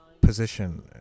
position